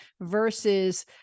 versus